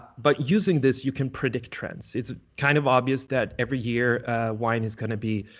but using this, you can predict trends. it's kind of obvious that every year wine is gonna be